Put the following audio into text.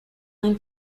nine